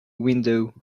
window